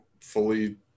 fully